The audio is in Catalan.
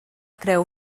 creu